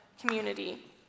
community